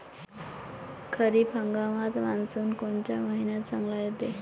खरीप हंगामात मान्सून कोनच्या मइन्यात येते?